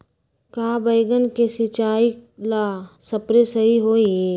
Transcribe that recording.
का बैगन के सिचाई ला सप्रे सही होई?